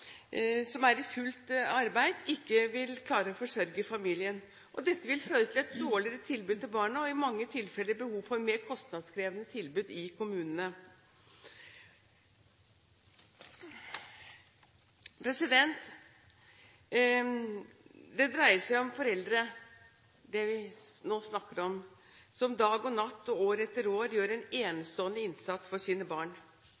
som er i fullt arbeid, ikke vil klare å forsørge familien. Dette vil føre til et dårligere tilbud til barna, og i mange tilfeller behov for mer kostnadskrevende tilbud i kommunene. Dette dreier seg om foreldre – det vi nå snakker om – som dag og natt, år etter år, gjør en enestående innsats for sine barn.